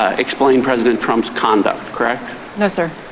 ah explain president trump's conduct correct. no sir.